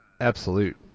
Absolute